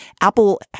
Apple